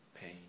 pain